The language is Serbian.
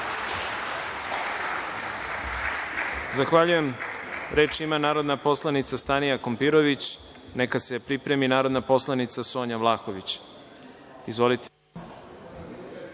Zahvaljujem. Reč ima narodna poslanica Stanija Kompirović, a neka se pripremi narodna poslanica Sonja Vlahović. Izvolite.